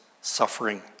suffering